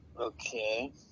Okay